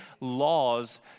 laws